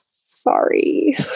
Sorry